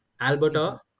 alberta